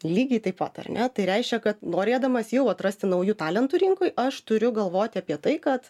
lygiai taip pat ar ne tai reiškia kad norėdamas jau atrasti naujų talentų rinkoj aš turiu galvoti apie tai kad